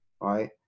right